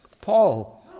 Paul